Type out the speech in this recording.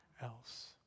else